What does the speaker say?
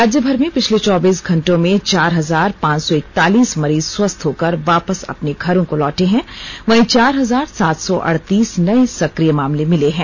राज्यभर में पिछले चौबीस घंटों में चार हजार पांच सौ इकतालीस मरीज स्वस्थ होकर वापस अपने घरों को लौटे हैं वहीं चार हजार सात सौ अड़तीस नये सक्रिय मामले मिले हैं